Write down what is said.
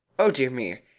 oh dear me,